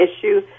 issue